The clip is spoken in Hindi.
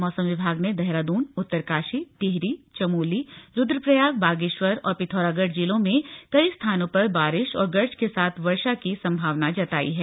मौसम विभाग ने देहरादून उत्तरकाशी टिहरी चमोली रूद्रप्रयाग बागेश्वर और पिथौरागढ़ जिलों में कई स्थानों पर बारिश और गर्ज के साथ वर्षा की सम्भावना जताई है